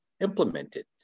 implemented